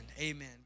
Amen